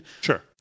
sure